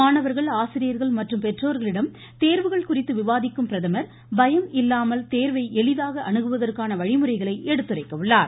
மாணவர்கள் ஆசிரியர்கள் மற்றும் பெற்றோர்களிடம் தேர்வுகள் குறித்து விவாதிக்கும் பிரதமா் பயம் இல்லாமல் தேர்வை எளிதாக அணுகுவதற்கான வழிமுறைகளை எடுத்துரைக்க உள்ளார்